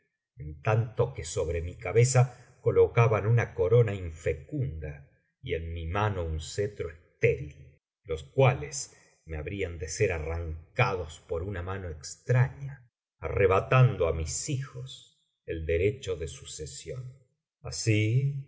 en tanto que sobre mi cabeza colocaban una corona infecunda y en mi mano un cetro estéril los cuales me habrían de ser arrancados por una mano extraña arrebatando á mis hijos el derecho de sucesión así